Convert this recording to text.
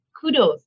Kudos